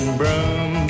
broom